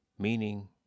Meaning